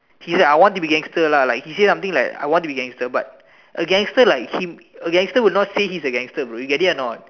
he say I want to be gangster lah like he say something like I want to be gangster like but a gangster like him a gangster would not say he's a gangster bro you get it or not